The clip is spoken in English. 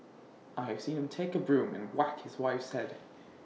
I have seen him take A broom and whack his wife's Head